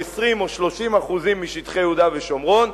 או 20% או 30% משטחי יהודה ושומרון,